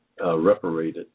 reparated